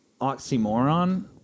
oxymoron